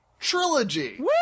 Trilogy